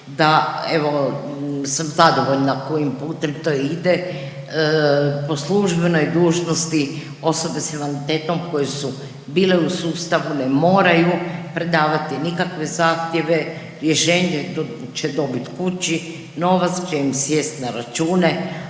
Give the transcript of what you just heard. da evo, sam zadovoljna kojim putem to ide, po službenoj dužnosti osobe s invaliditetom koje su bile u sustavu ne moraju predavati nikakve zahtjeve, rješenje će dobiti kući, novac će im sjesti na račune,